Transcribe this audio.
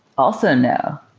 also no.